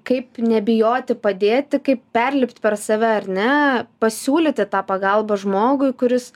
kaip nebijoti padėti kaip perlipt per save ar ne pasiūlyti tą pagalbą žmogui kuris